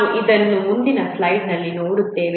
ನಾವು ಇದನ್ನು ಮುಂದಿನ ಸ್ಲೈಡ್ನಲ್ಲಿ ನೋಡುತ್ತೇವೆ